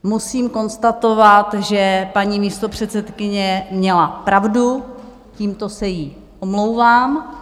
Musím konstatovat, že paní místopředsedkyně měla pravdu, tímto se jí omlouvám.